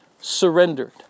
surrendered